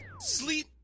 Sleep